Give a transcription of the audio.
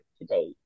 today